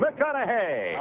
McConaughey